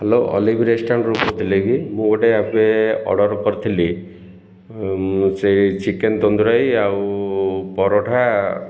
hello Olive ରେଷ୍ଟୁରାଣ୍ଟରୁ କହୁଥିଲେ କି ମୁଁ ଗୋଟେ ଅର୍ଡର୍ କରିଥିଲି ସେଇ ଚିକେନ୍ ତନ୍ଦୁୁରାଇ ଆଉ ପରଠା